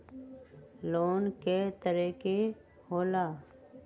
Loan कय तरह के होला?